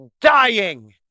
dying